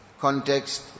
context